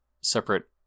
separate